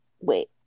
wait